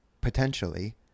potentially